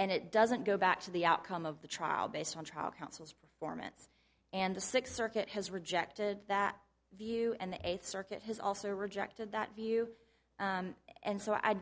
and it doesn't go back to the outcome of the trial based on trial counsel's performance and the sixth circuit has rejected that view and the eighth circuit has also rejected that view and so i